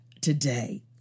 today